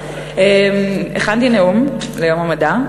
הכנתי נאום ליום המדע,